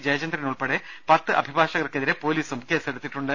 ജയചന്ദ്രൻ ഉൾപ്പെടെ പത്ത് അഭിഭാഷകർക്കെതിരേ പോലീസും കേസ്സെടുത്തിട്ടുണ്ട്